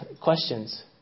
questions